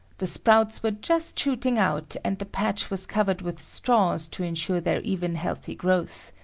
the sprouts were just shooting out and the patch was covered with straws to ensure their even healthy growth.